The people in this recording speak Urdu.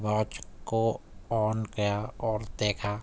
واچ کو آن کیا اور دیکھا